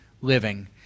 Living